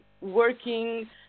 working